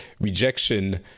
rejection